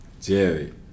Jerry